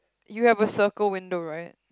you have a circle window right